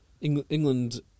England